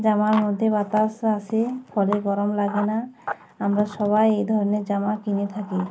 জামার মধ্যে বাতাস আসে ফলে গরম লাগে না আমরা সবাই এই ধরনের জামা কিনে থাকি